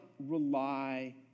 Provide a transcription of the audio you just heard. rely